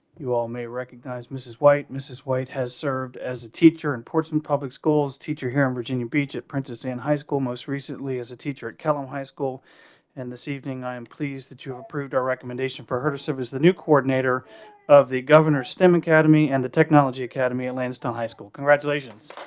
you all may recognize missus white, mrs white has served as a teacher in portsmouth public schools, teacher here in virginia beach at princess anne high school. most recently, as a teacher at kellam high school and this evening i am pleased that you have approved our recommendation for her service the new coordinator of the governor stem academy and the technology academy at lansdowne high school congratulations